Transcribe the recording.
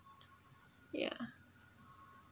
yeah